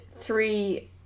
three